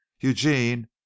eugene